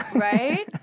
Right